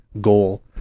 goal